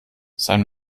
sein